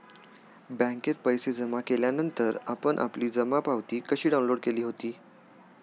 बँकेत पैसे जमा केल्यानंतर आपण आपली जमा पावती कशी डाउनलोड केली होती?